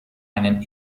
einen